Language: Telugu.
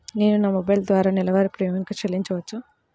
నేను నా మొబైల్ ద్వారా నెలవారీ ప్రీమియం చెల్లించవచ్చా?